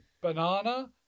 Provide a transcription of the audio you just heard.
Banana